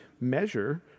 measure